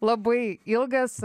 labai ilgas